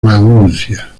maguncia